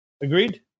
agreed